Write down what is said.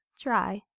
Dry